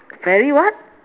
very what